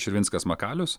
širvinskas makalius